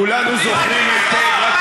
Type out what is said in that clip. כולנו זוכרים היטב,